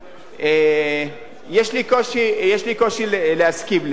יש לי קושי להסכים לזה.